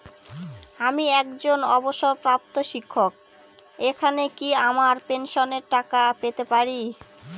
আমি একজন অবসরপ্রাপ্ত শিক্ষক এখানে কি আমার পেনশনের টাকা পেতে পারি?